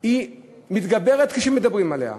היא מתגברת כשמדברים עליה.